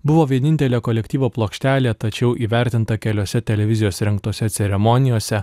buvo vienintelė kolektyvo plokštelė tačiau įvertinta keliose televizijos rengtose ceremonijose